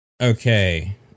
Okay